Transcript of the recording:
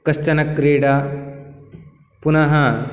कश्चन क्रीडा पुनः